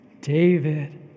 David